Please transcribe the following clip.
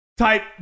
type